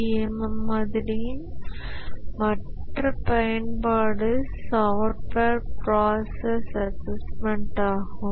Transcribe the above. CMM மாதிரியின் மற்ற பயன்பாடு சாஃப்ட்வேர் ப்ராசஸ் அசஸ்மெண்ட்டை ஆகும்